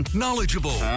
knowledgeable